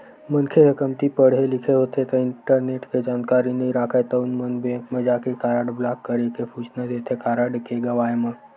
मनखे ह कमती पड़हे लिखे होथे ता इंटरनेट के जानकारी नइ राखय तउन मन बेंक म जाके कारड ब्लॉक करे के सूचना देथे कारड के गवाय म